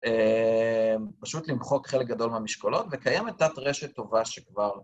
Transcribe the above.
פשוט למחוק חלק גדול מהמשקולות, וקיימת תת-רשת טובה שכבר...